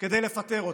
כדי לפטר אותם.